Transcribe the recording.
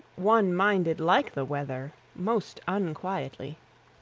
one minded like the weather, most unquietly.